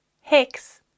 Hex